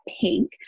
pink